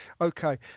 Okay